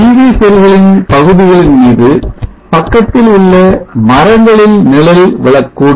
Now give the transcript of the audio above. PV தொகுதிகளின் பகுதிகளின் மீது பக்கத்தில் உள்ள மரங்களின் நிழல் விழக்கூடும்